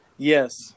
Yes